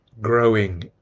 growing